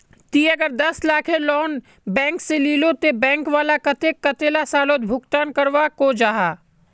ती अगर दस लाखेर लोन बैंक से लिलो ते बैंक वाला कतेक कतेला सालोत भुगतान करवा को जाहा?